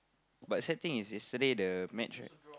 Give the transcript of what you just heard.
but sad thing is yesterday the match right